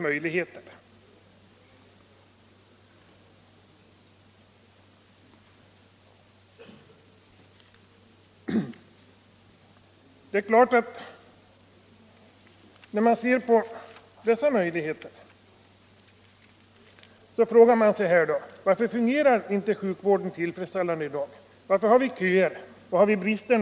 Men när man ser vilka möjligheter som finns, frågar man sig ändå: Varför fungerar inte sjukvården tillfredsställande i dag? Varför har vi köer? Var har vi brister?